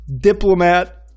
diplomat